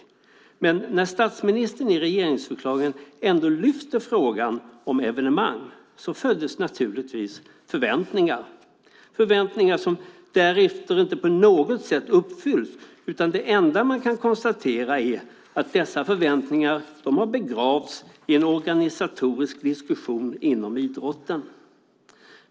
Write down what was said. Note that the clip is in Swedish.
Men när statsministern i regeringsförklaringen ändå lyfte fram frågan om evenemang föddes naturligtvis förväntningar - förväntningar som därefter inte på något sätt uppfyllts. Det enda man kan konstatera är att dessa förväntningar har begravts i en organisatorisk diskussion inom idrotten.